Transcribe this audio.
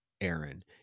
Aaron